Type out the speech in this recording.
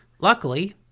luckily